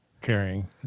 carrying